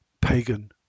pagan